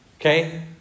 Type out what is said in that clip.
okay